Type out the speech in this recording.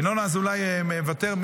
ינון אזולאי מוותר.